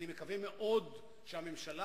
אני מקווה מאוד שהממשלה,